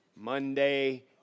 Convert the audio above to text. Monday